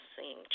seeing